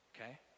okay